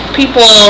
people